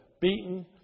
beaten